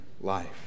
life